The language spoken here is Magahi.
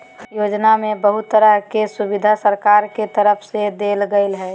योजना में बहुत तरह के सुविधा सरकार के तरफ से देल गेल हइ